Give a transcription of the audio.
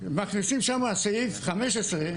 מכניסים שם סעיף 15,